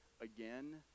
again